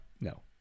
no